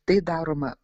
tai daroma